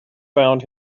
found